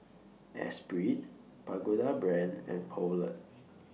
Esprit Pagoda Brand and Poulet